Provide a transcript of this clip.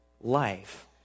life